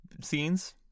scenes